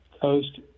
Coast